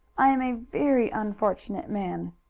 i am a very unfortunate man.